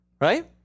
Right